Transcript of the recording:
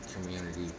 community